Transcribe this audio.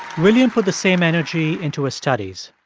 william put the same energy into his studies.